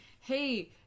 Hey